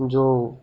ଯେଉଁ